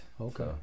okay